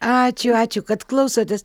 ačiū ačiū kad klausotės